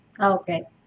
Okay